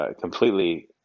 completely